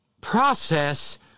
process